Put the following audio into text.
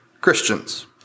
Christians